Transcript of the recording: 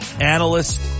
analyst